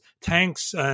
tanks